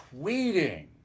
tweeting